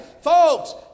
Folks